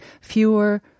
fewer